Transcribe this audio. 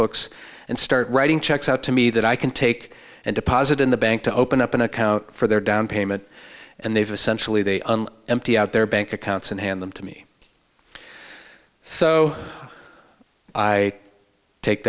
books and start writing checks out to me that i can take and deposit in the bank to open up an account for their down payment and they've essentially they empty out their bank accounts and hand them to me so i take